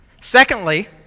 Secondly